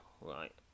Right